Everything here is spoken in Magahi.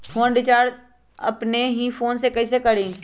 फ़ोन में रिचार्ज अपने ही फ़ोन से कईसे करी?